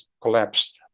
collapsed